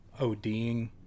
oding